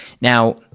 Now